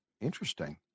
Interesting